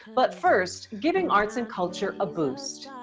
but first giving arts and culture a boost.